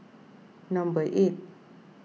number eight